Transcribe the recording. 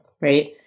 Right